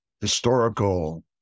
historical